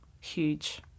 Huge